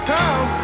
town